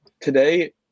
today